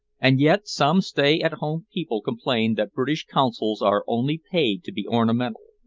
and yet some stay-at-home people complain that british consuls are only paid to be ornamental!